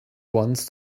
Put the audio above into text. wants